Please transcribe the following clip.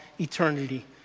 eternity